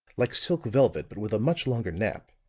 like silk velvet but with a much longer nap,